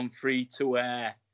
free-to-air